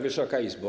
Wysoka Izbo!